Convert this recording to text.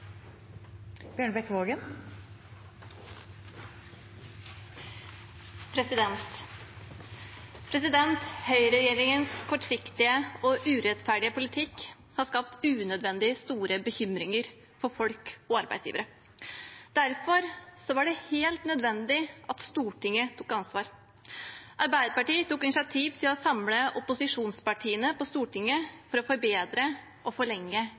arbeidsgivere. Derfor var det helt nødvendig at Stortinget tok ansvar. Arbeiderpartiet tok initiativ til å samle opposisjonspartiene på Stortinget for å forbedre og forlenge